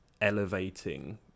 elevating